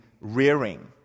rearing